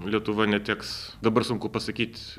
lietuva neteks dabar sunku pasakyt